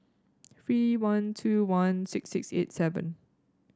three one two one six six eight seven